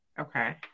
okay